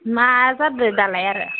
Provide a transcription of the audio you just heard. मा जादो दालाय आरो